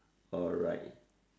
alright